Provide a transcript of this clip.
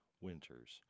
Winters